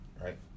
right